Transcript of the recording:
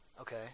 okay